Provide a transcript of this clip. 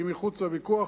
שהיא מחוץ לוויכוח,